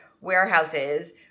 warehouses –